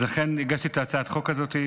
ולכן הגשתי את הצעת החוק הזאת.